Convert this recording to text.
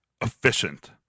efficient